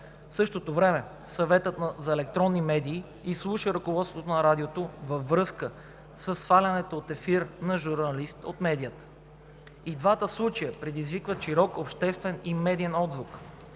В същото време, Съветът за електронни медии изслуша ръководството на радиото във връзка със свалянето от ефир на журналист от медията. И двата случая предизвикват широк обществен и медиен отзвук,